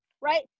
right